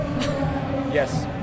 Yes